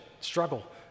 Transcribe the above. struggle